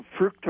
fructose